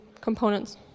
components